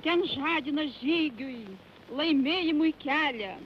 ten žadina žygiui laimėjimui kelią